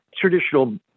traditional